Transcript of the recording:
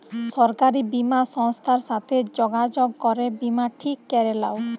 সরকারি বীমা সংস্থার সাথে যগাযগ করে বীমা ঠিক ক্যরে লাও